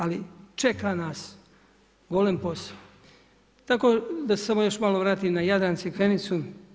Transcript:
Ali čeka nas golem posao, tako da se još malo vratim na Jadran Crikvenicu.